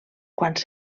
quants